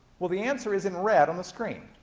well, the answer is in red, on the screen.